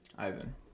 Ivan